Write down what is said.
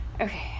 Okay